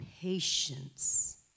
patience